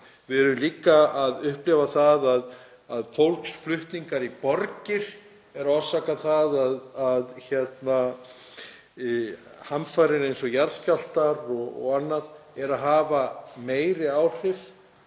Við erum líka að upplifa það að fólksflutningar í borgir orsaka það að hamfarir eins og jarðskjálftar og annað hafa meiri áhrif.